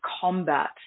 combat